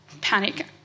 panic